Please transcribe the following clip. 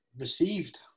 received